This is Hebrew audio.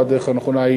או הדרך הנכונה היא